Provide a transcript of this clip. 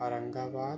Aurangabad